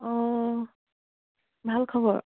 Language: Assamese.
অঁ ভাল খবৰ